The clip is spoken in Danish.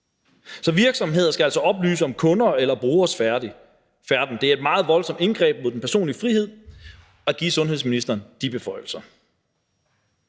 Så virksomheder skal altså oplyse om kunders eller brugeres færden. Det er et meget voldsomt indgreb mod den personlige frihed at give sundhedsministeren de beføjelser.